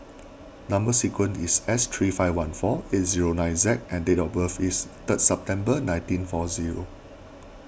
Number Sequence is S three five one four eight zero nine Z and date of birth is third September nineteen four zero